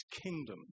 kingdom